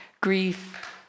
grief